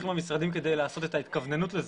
מהמשרדים כדי לעשות את ההתכווננות לזה.